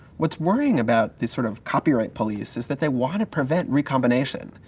what's worrying about this sort of copyright police is that they want to prevent re-combination.